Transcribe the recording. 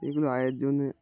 এগুলো আয়ের জন্যে